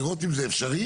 לראות איך זה אפשרי.